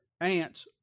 ants